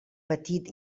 petit